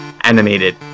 animated